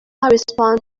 respond